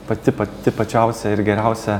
pati pati pačiausia ir geriausia